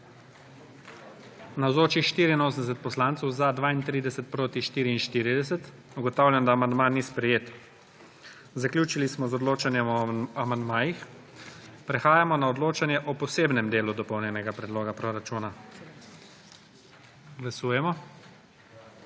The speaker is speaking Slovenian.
44. (Za je glasovalo 32.)(Proti 44.) Ugotavljam, da amandma ni sprejet. Zaključili smo z odločanjem o amandmajih. Prehajamo na odločanje o posebnem delu Dopolnjenega predloga proračuna. Glasujemo.